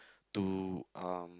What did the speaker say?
to uh